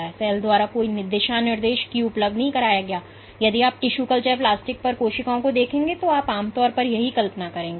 तो सेल द्वारा कोई दिशा निर्देश क्यू उपलब्ध नहीं कराया गया है और यदि आप टिशू कल्चर प्लास्टिक पर कोशिकाओं को देखते हैं तो आप आमतौर पर यह कल्पना करेंगे